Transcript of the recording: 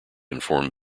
informed